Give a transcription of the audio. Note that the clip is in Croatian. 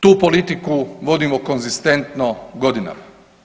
Tu politiku vodimo konzistentno godinama.